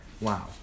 Wow